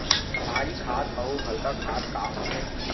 भारी खाद अऊ हल्का खाद का होथे?